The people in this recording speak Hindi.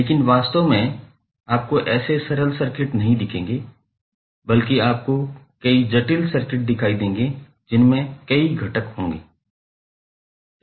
लेकिन वास्तव में आपको ऐसे सरल सर्किट नहीं दिखेंगे बल्कि आपको कई जटिल सर्किट दिखाई देंगे जिनमें कई घटक होंगे